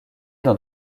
dans